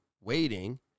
waiting